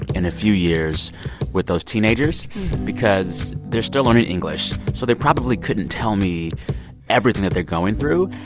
in a few years with those teenagers because they're still learning english, so they probably couldn't tell me everything that they're going through.